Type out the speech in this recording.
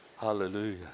Hallelujah